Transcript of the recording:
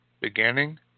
Beginning